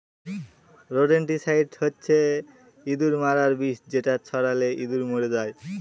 rodenticide হচ্ছে ইঁদুর মারার বিষ যেটা ছড়ালে ইঁদুর মরে যায়